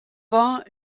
war